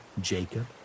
Jacob